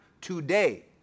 today